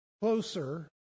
closer